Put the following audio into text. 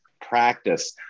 practice